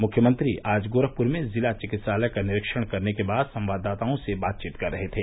मुख्यमंत्री आज गोरखपूर में जिला चिकित्सालय का निरीक्षण करने के बाद संवाददाताओं से बातचीत कर रहे थे